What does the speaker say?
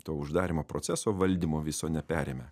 to uždarymo proceso valdymo viso neperėmę